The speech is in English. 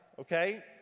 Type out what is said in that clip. Okay